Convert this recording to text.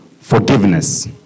Forgiveness